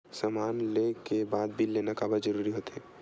समान ले के बाद बिल लेना काबर जरूरी होथे?